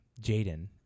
Jaden